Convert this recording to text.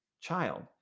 child